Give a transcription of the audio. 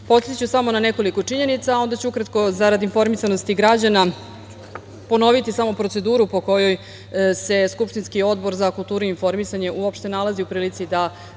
prostora. Podsetiću samo na nekoliko činjenica, a onda ću ukratko, zarad informisanosti građana, ponoviti samo proceduru po kojoj se skupštinski Odbor za kulturu i informisanje uopšte nalazi u prilici da